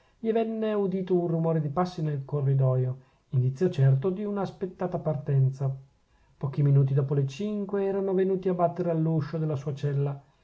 gli venne udito un rumore di passi nel corridoio indizio certo di una aspettata partenza pochi minuti dopo le cinque erano venuti a battere all'uscio della sua cella